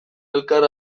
elkar